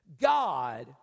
God